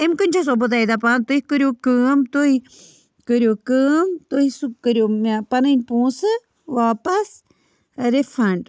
أمۍ کِنۍ چھَسو بہٕ تۄہہِ دَپان تُہۍ کٔرِو کٲم تُہۍ کٔرِو کٲم تُہۍ سُہ کٔرِو مےٚ پَنٕنۍ پونٛسہٕ واپَس رِفَنٛڈ